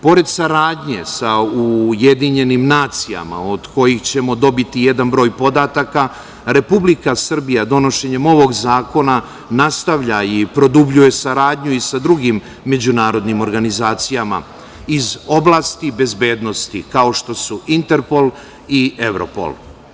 Pored saradnje sa UN od kojih ćemo dobiti jedan broj podataka, Republika Srbija donošenjem ovog zakona nastavlja i produbljuje saradnju i sa drugim međunarodnim organizacijama iz oblasti bezbednosti, kao što su Interpol i Evropol.